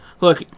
Look